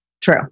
True